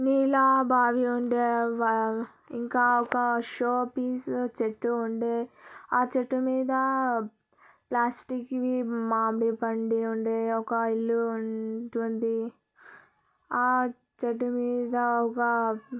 నీలా బావి ఉండే ఇంకా ఒక షో పీస్ చెట్టు ఉండే ఆ చెట్టు మీద ప్లాస్టిక్వి మామి పండి ఉండే ఒక ఇల్లు ఉంటుంది ఆ చెట్టు మీద ఒక